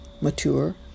mature